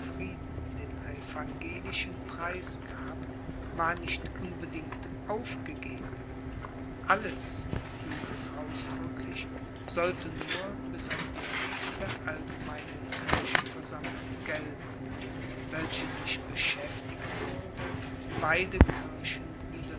den evangelischen preisgab war nicht unbedingt aufgegeben alles hieß es ausdrücklich sollte nur bis auf die nächste allgemeine kirchenversammlung gelten welche sich beschäftigen würde beide kirchen wieder